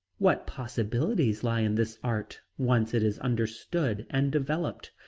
what possibilities lie in this art, once it is understood and developed,